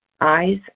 eyes